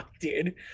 Dude